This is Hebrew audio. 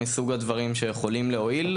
מסוג הדברים שיכולים להועיל,